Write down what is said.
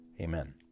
Amen